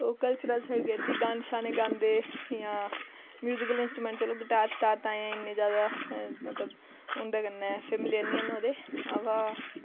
ओह् कल्चरल आह्ली साइड गेदे गाने शाने गांदे जां म्यूजिकल इंस्ट्रमेंट चलो गटार शटार ताईं इन्ने ज्यादा मतलब उंदे कन्नै फिमलयर नि हैन ओह्दे अवा